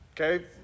Okay